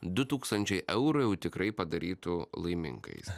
du tūkstančiai eurų jau tikrai padarytų laimingais